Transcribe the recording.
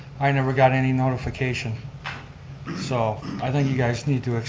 i never got any notification so i think you guys need to.